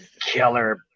killer